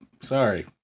Sorry